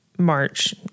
March